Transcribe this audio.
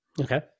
Okay